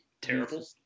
terrible